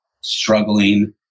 struggling